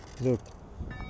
Look